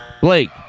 blake